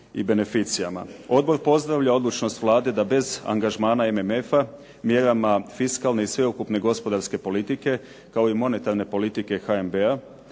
i beneficija. Odbor pozdravlja odlučnost Vlade da bez angažmana MMF-a, mjerama fiskalne i sveukupne gospodarske politike, kao i monetarne politike HNB-a